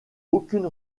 aucune